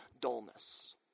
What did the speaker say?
dullness